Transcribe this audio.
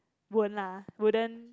won't lah wouldn't